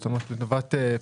מעטפת.